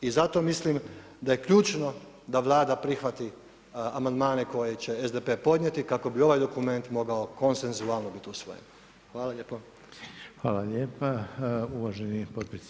I zato mislim, da je ključno, da Vlada prihvati amandmane koje će SDP podnijeti, kako bi ovaj dokument mogao konsenzualno biti usvojen.